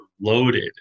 loaded